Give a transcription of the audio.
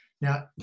Now